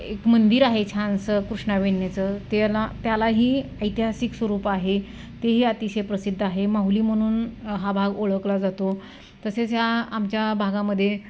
एक मंदिर आहे छानसं कृष्णा वेण्णाचं त्याला त्यालाही ऐतिहासिक स्वरूप आहे तेही अतिशय प्रसिद्ध आहे माहुली म्हणून हा भाग ओळखला जातो तसेच ह्या आमच्या भागामध्ये